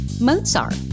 Mozart